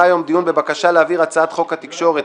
היום דיון בבקשה להעביר הצעת חוק תקשורת,